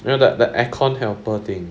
remember that the aircon helper thing